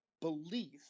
belief